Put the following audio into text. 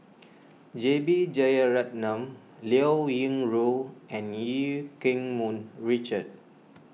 J B Jeyaretnam Liao Yingru and Eu Keng Mun Richard